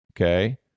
okay